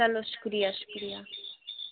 چَلو شُکرِیہ شُکرِیہ